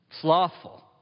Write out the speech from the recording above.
slothful